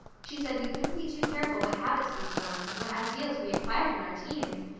she said we couldn't be too careful what habits we formed and what ideals we acquired in our teens,